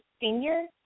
senior